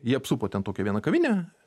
jie apsupo ten tokią vieną kavinę